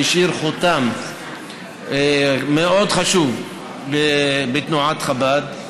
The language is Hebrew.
שהשאיר חותם מאוד חשוב בתנועת חב"ד,